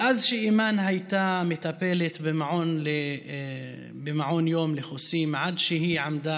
מאז שאימאן הייתה מטפלת במעון יום לחוסים עד שהיא עמדה